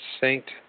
saint